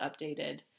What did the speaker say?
updated